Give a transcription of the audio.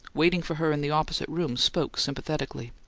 waiting for her in the opposite room, spoke sympathetically.